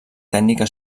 tècnica